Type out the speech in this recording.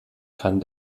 kann